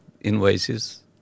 invoices